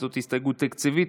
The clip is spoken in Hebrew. זאת הסתייגות תקציבית,